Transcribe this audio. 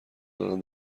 دادن